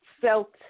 felt